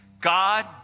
God